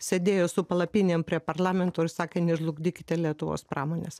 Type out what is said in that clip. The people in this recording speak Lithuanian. sėdėjo su palapinėm prie parlamento ir sakė nežlugdykite lietuvos pramonės